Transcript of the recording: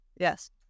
Yes